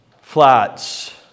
Flats